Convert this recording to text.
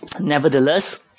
Nevertheless